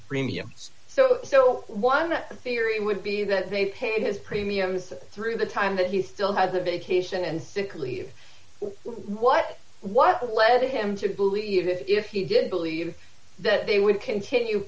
premiums so still one theory would be that they paid his premiums through the time that he still had the vacation and sick leave what what led him to believe that if he did believe that they would continue